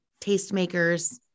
tastemakers